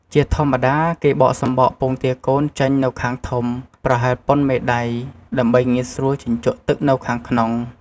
ជាធម្មតា គេបកសំបកពងទាកូនចេញនៅខាងធំ ប្រហែលប៉ុនមេដៃ ដើម្បីងាយស្រួលជញ្ជក់ទឹកនៅខាងក្នុង។